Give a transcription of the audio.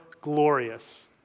glorious